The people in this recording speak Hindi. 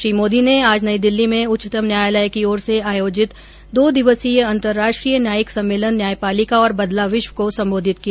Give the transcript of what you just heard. श्री मोदी ने आज नई दिल्ली में उच्चतम न्यायालय की ओर से आयोजित दो दिवसीय अंतर्राष्ट्रीय न्यायिक सम्मेलन न्यायपालिका और बदला विश्व को संबोधित किया